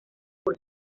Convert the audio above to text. por